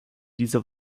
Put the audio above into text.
dieser